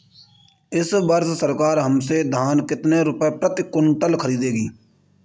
इस वर्ष सरकार हमसे धान कितने रुपए प्रति क्विंटल खरीदेगी?